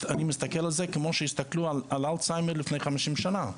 אני מסתכל על זה כמו שהסתכלו על אלצהיימר לפני חמישים שנה,